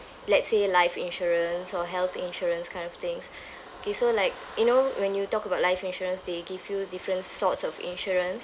let's say life insurance or health insurance kind of things okay so like you know when you talk about life insurance they give you different sorts of insurance